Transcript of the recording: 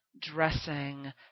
dressing